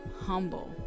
humble